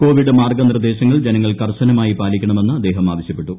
Covid മാർഗ്ഗ നിർദ്ദേശങ്ങൾ ജനങ്ങൾ കർശനമായി പാലിക്കണമെന്ന് അദ്ദേഹം ആവശ്യപ്പെട്ടു